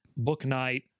Booknight